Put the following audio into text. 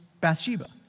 Bathsheba